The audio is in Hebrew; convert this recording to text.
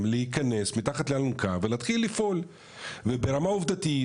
להיכנס מתחת לאלונקה ולהתחיל לפעול וברמה העובדתית,